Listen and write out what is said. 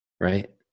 right